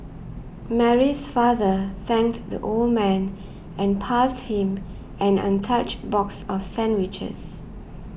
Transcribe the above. Mary's father thanked the old man and passed him an untouched box of sandwiches